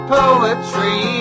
poetry